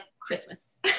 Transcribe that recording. Christmas